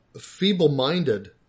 feeble-minded